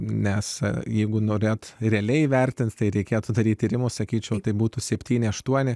nes jeigu norėti realiai įvertinti tai reikėtų daryti tyrimus sakyčiau tai būtų septyni aštuoni